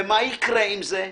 מה יקרה עם זה.